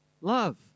Love